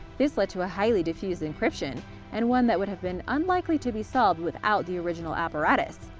this led to a highly diffused encryption and one that would have been unlikely to be solved without the original apparatus.